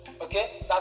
okay